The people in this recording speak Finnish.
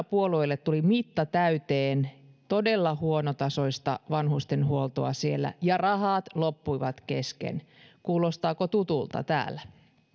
puolueille tuli mitta täyteen todella huonotasoista vanhustenhuoltoa siellä ja rahat loppuivat kesken kuulostaako tutulta täällä